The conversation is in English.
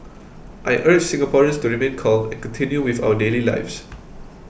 I urge Singaporeans to remain calm and continue with our daily lives